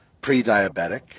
pre-diabetic